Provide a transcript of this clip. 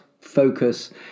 focus